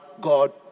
God